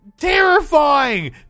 terrifying